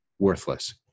Worthless